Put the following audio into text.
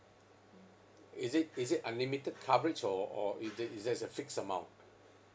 is it is it unlimited coverage or or is that is that's a fixed amount